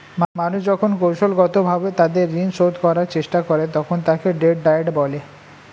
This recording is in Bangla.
মানুষ যখন কৌশলগতভাবে তাদের ঋণ শোধ করার চেষ্টা করে, তখন তাকে ডেট ডায়েট বলে